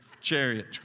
chariot